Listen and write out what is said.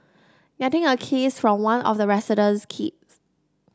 getting a kiss from one of the resident's kids